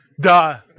Duh